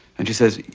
and he says,